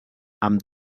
amb